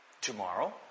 tomorrow